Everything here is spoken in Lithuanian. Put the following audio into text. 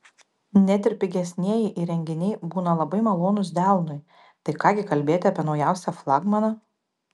net ir pigesnieji įrenginiai būna labai malonūs delnui tai ką gi kalbėti apie naujausią flagmaną